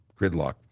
gridlock